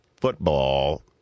football